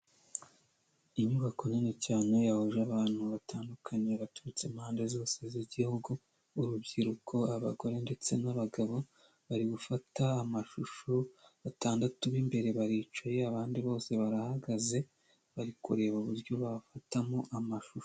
Inyubako nini cyane yahuje abantu batandukanye baturutse impande zose z'igihugu, urubyiruko, abagore ndetse n'abagabo, bari gufata amashusho batandatu b'imbere baricaye, abandi bose barahagaze, bari kureba uburyo bafatamo amashusho.